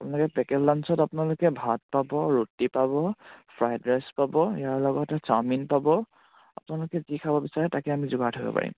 আপোনালোকে পেকেট লাঞ্চত আপোনালোকে ভাত পাব ৰুটি পাব ফ্ৰাইড ৰাইচ পাব ইয়াৰ লগতে চাওমিন পাব আপোনালোকে যি খাব বিচাৰে তাকে আমি যোগাৰ ধৰিব পাৰিম